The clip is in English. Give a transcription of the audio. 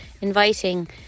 inviting